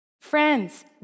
friends